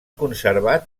conservat